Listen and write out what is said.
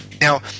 Now